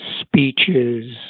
speeches